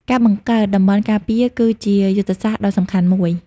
ការបង្កើតតំបន់ការពារ គឺជាយុទ្ធសាស្ត្រដ៏សំខាន់មួយ។